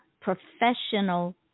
professional